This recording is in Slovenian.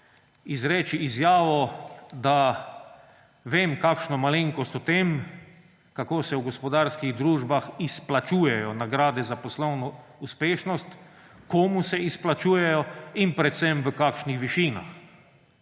izreči izjavo, da vem kakšno malenkost o tem, kako se v gospodarskih družbah izplačujejo nagrade za poslovno uspešnost, komu se izplačujejo in predvsem v kakšnih višinah.